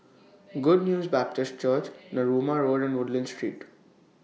Good News Baptist Church Narooma Road and Woodlands Street